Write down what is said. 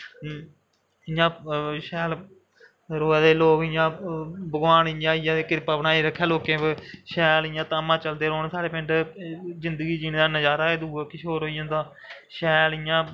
इ'यां शैल रवा दे लोग इ'यां भगवान इ'यां गै कृपा बनाइयै रक्खै लोकें पर शैल धामां चलदे रौह्न साढ़े पिंड जिन्दगी जीनें दा नज़ारा गै किश होर होई जंदा शैल इ'यां